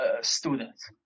students